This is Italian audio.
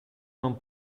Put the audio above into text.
non